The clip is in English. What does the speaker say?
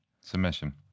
Submission